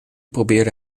probeerde